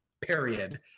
period